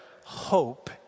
hope